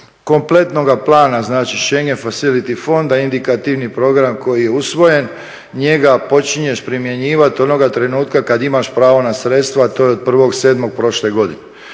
kompletnoga plana, znači … fonda indikativni program koji je usvojen, njega počinješ primjenjivati onoga trenutka kad imaš pravo na sredstva, a to je od 01.07. prošle godine.